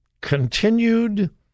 continued